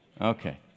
Okay